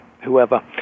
whoever